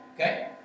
okay